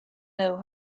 know